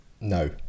No